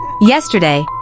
Yesterday